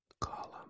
column